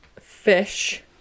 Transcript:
fish